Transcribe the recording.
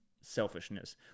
selfishness